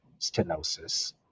stenosis